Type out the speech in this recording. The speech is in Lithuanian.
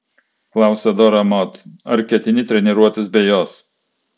klausia dora mod ar ketini treniruotis be jos